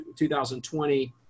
2020